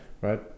right